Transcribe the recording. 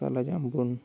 kala jamun